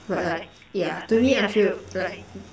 but like yeah to me I feel like